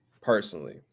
personally